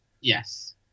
Yes